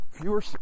Fewer